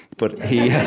but he